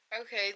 okay